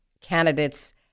candidates